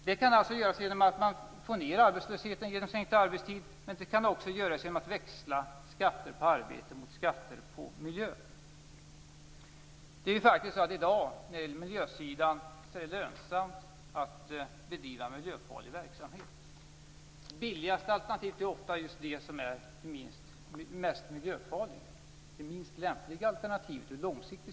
Det kan göras genom att man får ned arbetslösheten genom minskad arbetstid, men det kan också göras genom att växla skatter på arbete mot skatter på miljö. I dag är det faktiskt lönsamt på miljösidan att bedriva miljöfarlig verksamhet. Det billigaste alternativet är ofta det mest miljöfarliga, alltså det minst lämpliga alternativet på lång sikt.